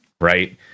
Right